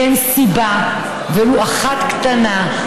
אין סיבה, ולו אחת קטנה,